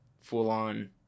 full-on